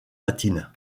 latine